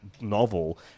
novel